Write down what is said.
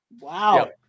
Wow